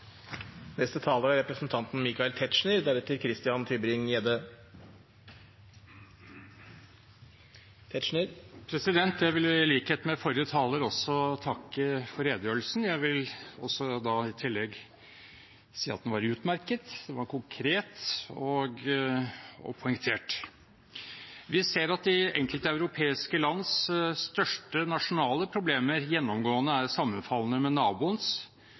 Jeg vil i likhet med forrige taler takke for redegjørelsen. Jeg vil i tillegg si at den var utmerket; den var konkret og poengtert. Vi ser at de enkelte europeiske lands største nasjonale problemer gjennomgående er sammenfallende med